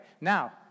Now